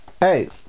Hey